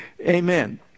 amen